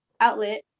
outlet